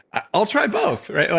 i'll try both right?